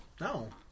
No